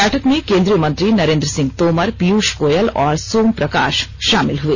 बैठक में केन्द्रीय मंत्री नरेन्द्र सिंह तोमर पीयूष गोयल और सोम प्रकाश शामिल हए